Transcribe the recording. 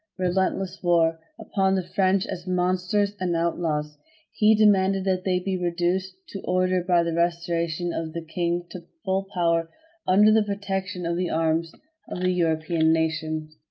relentless war, upon the french as monsters and outlaws he demanded that they be reduced to order by the restoration of the king to full power under the protection of the arms of european nations.